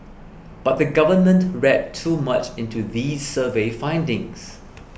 but the government read too much into these survey findings